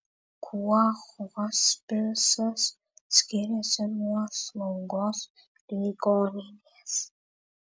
kuo hospisas skiriasi nuo slaugos ligoninės